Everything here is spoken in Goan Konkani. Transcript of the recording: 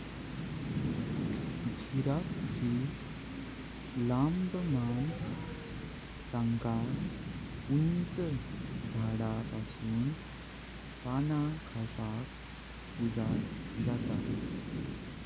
जिराफ ची लांब माण तंका उंच झाडा पासून पाना खावपाक उजर जाता।